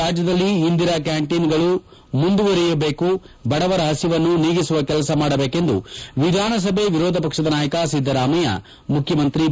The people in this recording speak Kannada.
ರಾಜ್ಯದಲ್ಲಿ ಇಂದಿರಾ ಕ್ಯಾಂಟಿನ್ಗಳನ್ನು ಮುಂದುವರಿಸಬೇಕು ಬಡವರ ಹಸಿವನ್ನು ನೀಗಿಸುವ ಕೆಲಸವನ್ನು ಮಾಡಬೇಕೆಂದು ವಿಧಾನಸಭೆ ವಿರೋಧ ಪಕ್ಷದ ನಾಯಕ ಸಿದ್ದರಾಮಯ್ಯ ಮುಖ್ಯಮಂತ್ರಿ ಬಿ